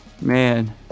Man